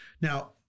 Now